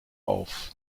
auf